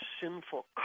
sinful